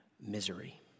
misery